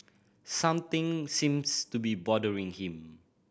something seems to be bothering him